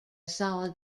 solid